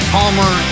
Palmer